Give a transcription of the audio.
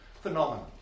phenomenon